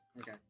okay